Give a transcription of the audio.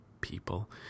people